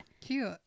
cute